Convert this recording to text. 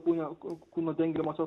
kūnio kūno dengiamosios